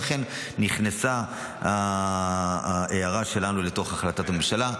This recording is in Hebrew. ואכן נכנסה ההערה שלנו להחלטת הממשלה.